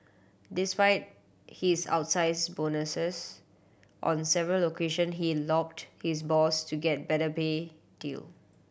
despite his outsize bonuses on several occasion he lobbied his boss to get better pay deal